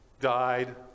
died